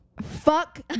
fuck